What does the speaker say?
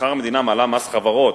מחר המדינה מעלה מס חברות,